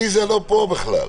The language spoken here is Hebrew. עליזה לא פה בכלל.